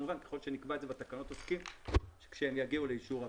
כמובן יכול להיות שנקבע את זה בתקנות כשהן יגיעו לאישור הוועדה.